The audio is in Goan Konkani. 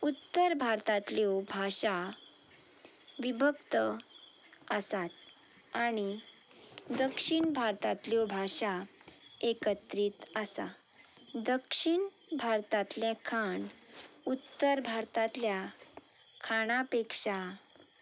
उत्तर भारतांतल्यो भाशा विभक्त आसात आणी दक्षिण भारतांतल्यो भाशा एकत्रीत आसा दक्षीण भारतांतले खाण उत्तर भारतांतल्या खाणा पेक्षा